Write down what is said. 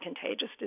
contagious